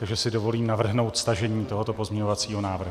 Takže si dovolím navrhnout stažení tohoto pozměňovacího návrhu.